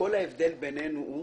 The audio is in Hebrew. וכל ההבדל בינינו הוא